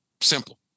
Simple